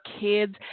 kids